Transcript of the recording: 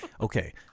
Okay